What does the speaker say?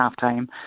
halftime